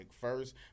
first